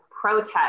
protest